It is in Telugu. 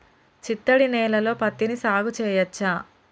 చిత్తడి నేలలో పత్తిని సాగు చేయచ్చా?